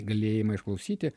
galėjimą išklausyti